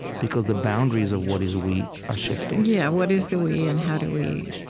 because the boundaries of what is we are shifting yeah, what is the we, and how do we